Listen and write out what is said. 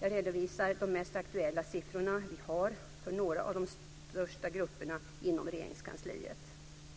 Jag redovisar de mest aktuella siffrorna vi har för några av de största grupperna inom Regeringskansliet.